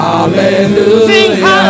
Hallelujah